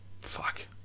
Fuck